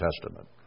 Testament